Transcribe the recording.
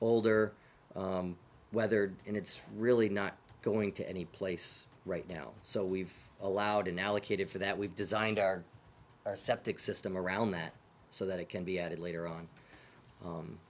older weathered and it's really not going to any place right now so we've allowed unallocated for that we've designed our septic system around that so that it can be added later on